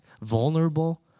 vulnerable